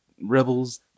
Rebels